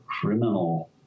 criminal